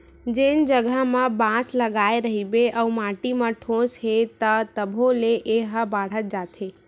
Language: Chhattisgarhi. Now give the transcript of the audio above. जेन जघा म बांस लगाए रहिबे अउ माटी म ठोस हे त तभो ले ए ह बाड़हत जाथे